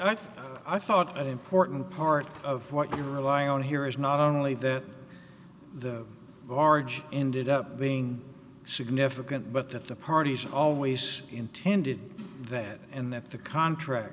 but i thought it important part of what you're relying on here is not only that the barge ended up being significant but that the parties always intended that and that the contract